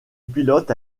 pilote